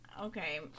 Okay